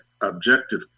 objective